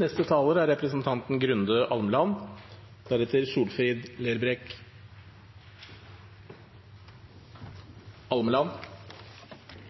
det fortsatt er